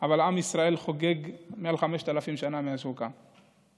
אבל עם ישראל חוגג מעל 5,000 שנה מאז שהוא קם.